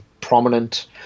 prominent